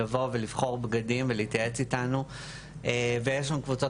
זה גם לבוא ולבחור בגדים ולהתייעץ איתנו ויש שם קבוצות